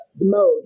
mode